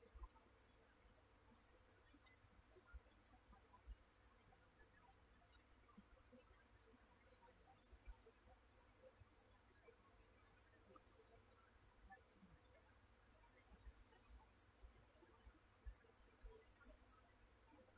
it